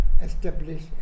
establish